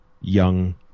young